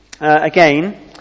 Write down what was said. again